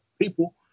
people